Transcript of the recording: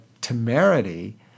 temerity